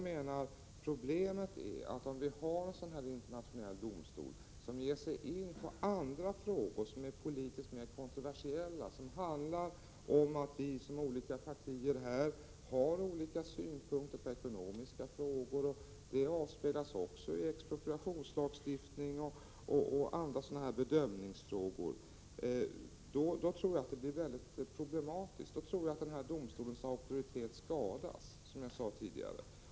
Men problemet uppstår om en internationell domstol ger sig in på andra frågor, som är politiskt mera kontroversiella och som vi som olika partier har skilda synpunkter på, t.ex. ekonomiska frågor, expropriationslagstiftning och andra bedömningsfrågor. Jag tror att det under sådana förhållanden blir mycket problematiskt, och jag tror att domstolens auktoritet då skadas, som jag sade tidigare.